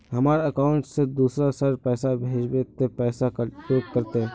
हमर अकाउंट से दूसरा शहर पैसा भेजबे ते पैसा कटबो करते?